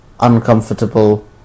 uncomfortable